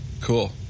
Cool